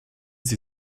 sie